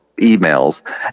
emails